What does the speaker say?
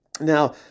Now